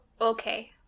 Okay